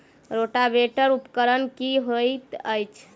Rotavator उपकरण की हएत अछि?